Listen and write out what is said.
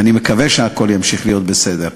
ואני מקווה שהכול ימשיך להיות בסדר,